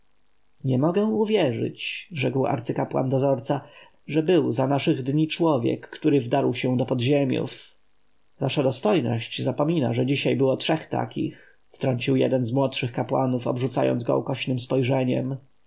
nie mogę uwierzyć rzekł arcykapłan dozorca że był za naszych dni człowiek który wdarł się do podziemiów wasza dostojność zapomina że dzisiaj było trzech takich wtrącił jeden z młodszych kapłanów obrzucając go ukośnem spojrzeniem